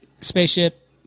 spaceship